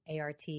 ART